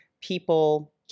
people